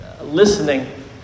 listening